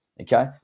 Okay